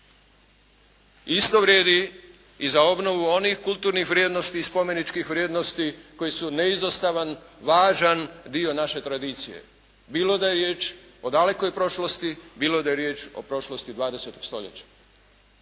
Isto vrijedi i za obnovu onih kulturnih vrijednosti i spomeničkih vrijednosti koji su neizostavan, važan dio naše tradicije bilo da je riječ o dalekoj prošlosti, bilo da je riječ o prošlosti 20. stoljeća.